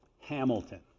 Hamilton